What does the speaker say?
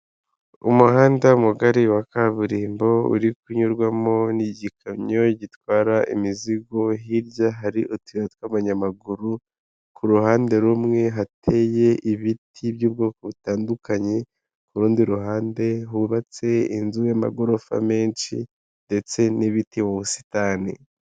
Umuhanda mugari wa kaburimbo uri kunyurwamo n'igikamyo gitwara imizigo hirya hari utuyira tw'abanyamaguru ku ruhande rumwe hateye ibiti by'ubwoko butandukanye ku rundi ruhande hubatse inzu y'amagorofa menshi ndetse n'ibiti mu busitani.